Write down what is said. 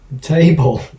Table